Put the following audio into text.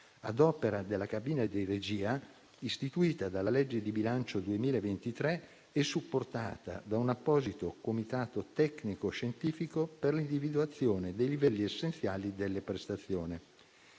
ad opera della cabina di regia istituita dalla legge di bilancio 2023 e supportata da un apposito comitato tecnico-scientifico per l'individuazione dei livelli essenziali delle prestazioni.